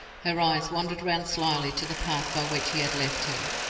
her eyes wandered round slyly to the path by which he had left her.